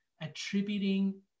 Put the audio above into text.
Attributing